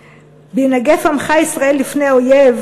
"בהנגף עמך ישראל לפני אויב,